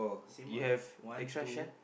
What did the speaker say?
same what one two